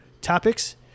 topics